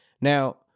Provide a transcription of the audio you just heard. Now